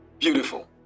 Beautiful